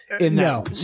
No